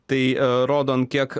tai rodo kiek